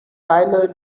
tyler